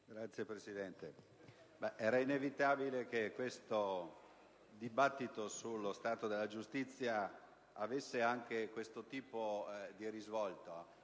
era inevitabile che questo dibattito sullo stato della giustizia avesse questo tipo di risvolto.